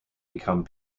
become